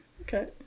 okay